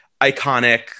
iconic